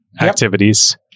activities